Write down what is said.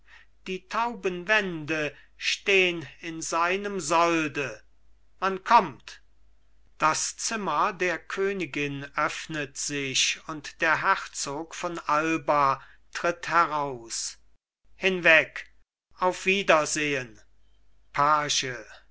die tauben wände stehn in seinem solde man kommt das zimmer der königin öffnet sich und der herzog von alba tritt heraus hinweg auf wiedersehen page